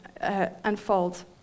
unfold